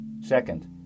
Second